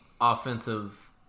offensive